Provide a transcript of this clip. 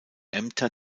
ämter